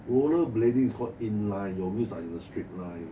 rollerblading is called inline your wheels are in a straight line